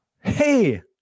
Hey